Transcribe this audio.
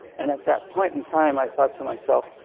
and at that point in time, i thought to myself,